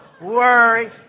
worry